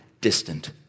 distant